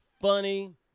funny